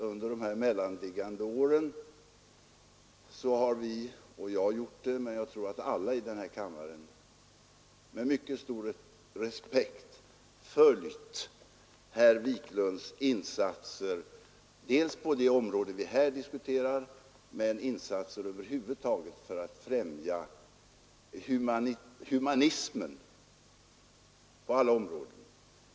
Under de mellanliggande åren har jag — jag tror att alla i denna kammare gjort det — med mycket stor respekt följt herr Wiklunds insatser, inte bara på det område vi här diskuterar, utan hans insatser över huvud taget för att främja humanismen på alla områden.